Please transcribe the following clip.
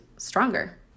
stronger